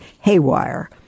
haywire